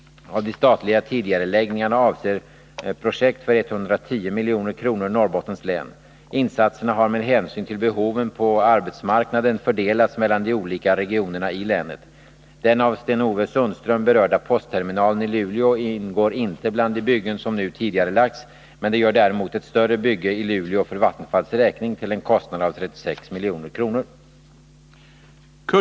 Av de statliga tidigareläggningarna avser projekt för 110 milj.kr. Norrbottens län. Insatserna har med hänsyn till behoven på arbetsmarknaden fördelats mellan de olika regionerna i länet. Den av Sten-Ove Sundström berörda postterminalen i Luleå ingår inte bland de byggen som nu tidigarelagts, men det gör däremot ett större bygge i Luleå för Vattenfalls räkning, till en kostnad av 36 milj.kr.